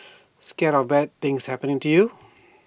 scared of bad things happening to you